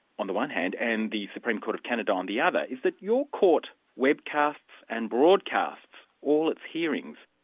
on the one hand, and the supreme court of canada on the other, is that your court webcasts and broadcasts all its hearings.